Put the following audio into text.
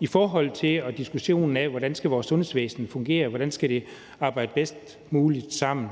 i forhold til diskussionen af, hvordan vores sundhedsvæsen skal fungere, hvordan det skal arbejde bedst muligt sammen.